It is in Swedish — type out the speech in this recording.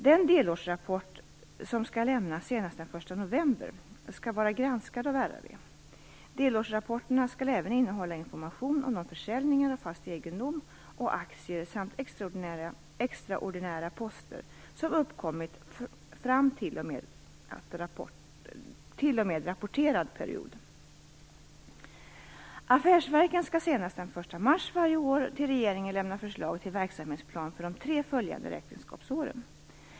Den delårsrapport som skall lämnas senast den 1 november skall vara granskad av RRV. Delårsrapporterna skall även innehålla information om de försäljningar av fast egendom och aktier samt extraordinära poster som uppkommit fram t.o.m. rapporterad period. Affärsverken skall senast den 1 mars varje år till regeringen lämna förslag till verksamhetsplan för de tre följande räkenskapsåren.